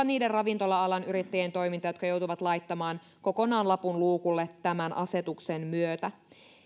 niiden ravintola alan yrittäjien toimintaa jotka joutuvat laittamaan kokonaan lapun luukulle tämän asetuksen myötä